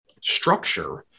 structure